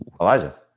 Elijah